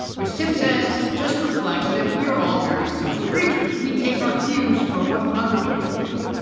which tim says just reflects that we are all very social creatures. we take our cues from what other people do.